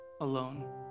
alone